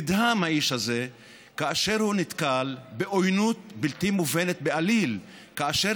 נדהם האיש הזה כאשר הוא נתקל בעוינות בלתי מובנת בעליל כאשר